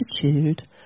attitude